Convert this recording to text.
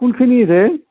কোনখিনিত হে